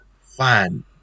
Fine